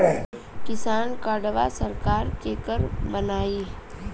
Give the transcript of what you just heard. किसान कार्डवा सरकार केकर बनाई?